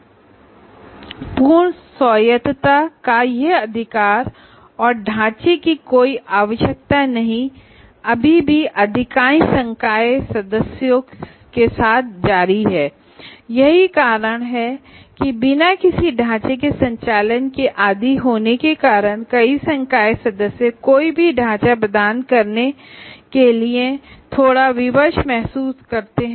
अभी भी अधिकांश फैकल्टी मेंबर्स यही पूर्ण स्वायत्तता का अधिकार चाहते हैं तथा बिना किसी निर्धारित ढांचे के अपना कोर्स संचालित करते हैं वह यह मानते हैं की ढांचे की कोई आवश्यकता नहीं हैIतथा किसी भी ढांचे के अंदर काम करने मे थोड़ा विवश महसूस करते हैं